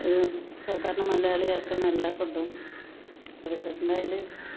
സാധാരണ മലയാളികൾക്ക് നല്ല ഫുഡും